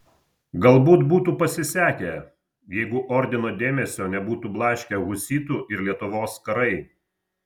galbūt būtų pasisekę jeigu ordino dėmesio nebūtų blaškę husitų ir lietuvos karai